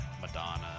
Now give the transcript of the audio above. Madonna